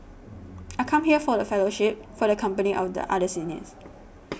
I come here for the fellowship for the company of other seniors